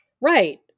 Right